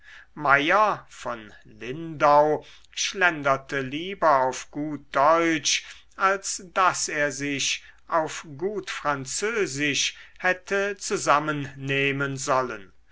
meyer von lindau schlenderte lieber auf gut deutsch als daß er sich auf gut französisch hätte zusammennehmen sollen